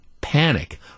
panic